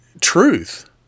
truth